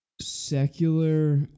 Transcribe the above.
Secular